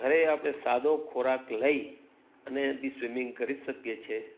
ઘરે આપણે સાદો ખોરાક લઈ અને બી સ્વિમિંગ કરી શકીએ છીએ